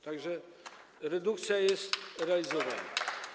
Tak że redukcja jest realizowana.